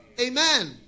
Amen